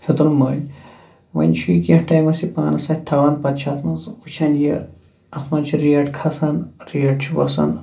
ہیوٚتُن مٔلۍ وۅنۍ چھُ یہِ کیٚنٛہہ ٹایِمَس یہِ پانَس ہٮ۪تھ تھاون پتہٕ چھِ اَتھ منٛز وُچھان یہِ اَتھ ما چھِ ریٹ کھسان ریٹ چھِ وَسان